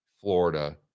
Florida